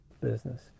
business